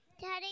Daddy